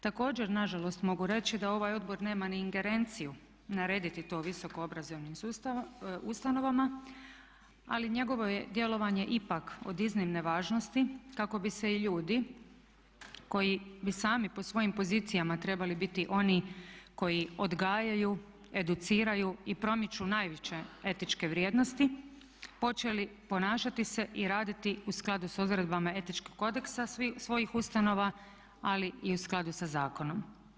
Također na žalost mogu reći da ovaj odbor nema ni ingerenciju narediti to visoko obrazovnim ustanovama, ali njegovo je djelovanje ipak od iznimne važnosti kako bi se i ljudi koji bi sami po svojim pozicijama trebali biti oni koji odgajaju, educiraju i promiču najveće etičke vrijednosti počeli ponašati se i raditi u skladu sa odredbama etičkog kodeksa svojih ustanova ali i u skladu sa zakonom.